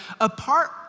apart